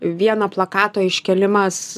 vieno plakato iškėlimas